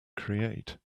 create